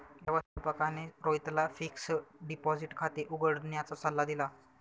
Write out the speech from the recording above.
व्यवस्थापकाने रोहितला fixed deposit खाते उघडण्याचा सल्ला दिला